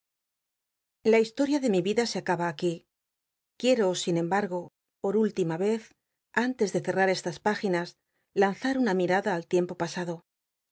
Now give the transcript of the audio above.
la historia de mi vida se acaba aquí c uielo sin embargo por úllima yez antes de cml'ar estas páginas lanzar una mirada al t iempo pasado